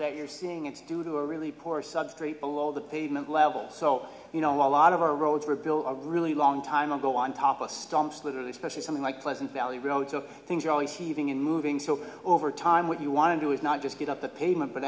that you're seeing it's due to a really poor substrate below the pavement level so you know a lot of our roads were built a really long time ago on top of stumps literally especially something like pleasant valley road so things are always heaving and moving so over time what you want to do is not just get up the pavement but